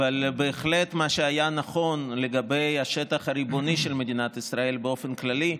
אבל בהחלט מה שהיה נכון לגבי השטח הריבוני של מדינת ישראל באופן כללי,